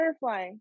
butterfly